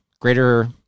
greater